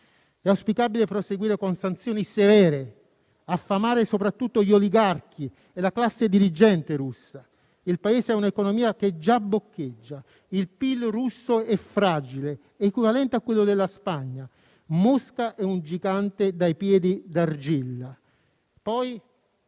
È auspicabile proseguire con sanzioni severe e affamare soprattutto gli oligarchi e la classe dirigente russa. Il Paese ha un'economia che già boccheggia, il PIL russo è fragile, equivalente a quello della Spagna. Mosca è un gigante dai piedi d'argilla.